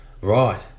Right